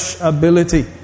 ability